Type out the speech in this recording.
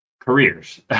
careers